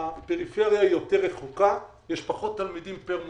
הפריפריה יותר רחוקה, יש פחות תלמידים פר מוסד.